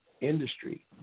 industry